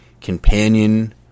companion